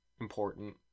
important